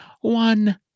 one